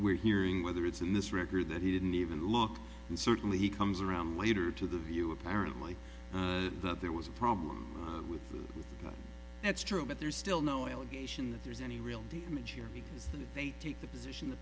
we're hearing whether it's in this record that he didn't even look and certainly he comes around later to the view apparently that there was a problem that's true but there's still no allegation that there's any real image here that they take the position that